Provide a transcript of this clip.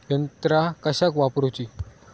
यंत्रा कशाक वापुरूची?